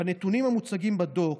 בנתונים המוצגים בדוח,